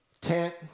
tent